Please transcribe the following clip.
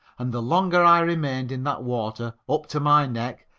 and the longer i remained in that water, up to my neck,